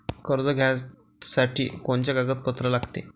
कर्ज घ्यासाठी कोनचे कागदपत्र लागते?